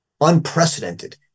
unprecedented